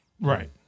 right